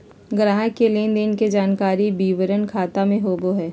ग्राहक के लेन देन के जानकारी वितरण खाता में होबो हइ